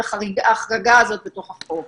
את החרגה בתוך החוק.